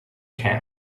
camp